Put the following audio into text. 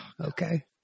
Okay